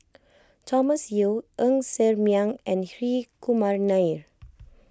Thomas Yeo Ng Ser Miang and Hri Kumar Nair